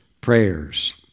prayers